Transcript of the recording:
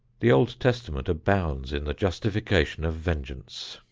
the old testament abounds in the justification of vengeance.